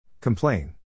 Complain